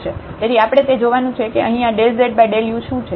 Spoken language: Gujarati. તેથી આપણે તે જોવાનું છે કે અહીં આ ∂z∂u શું છે